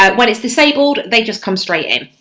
um when it's disabled they just come straight in.